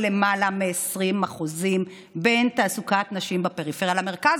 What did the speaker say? למעלה מ-20% בתעסוקת נשים בין הפריפריה למרכז.